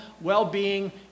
well-being